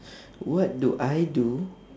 what do I do